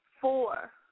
four